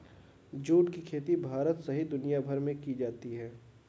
जुट की खेती भारत सहित दुनियाभर में की जाती है